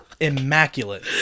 Immaculate